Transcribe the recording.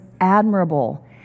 admirable